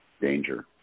danger